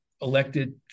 elected